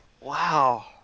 Wow